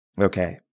Okay